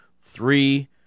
three